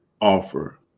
offer